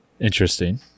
Interesting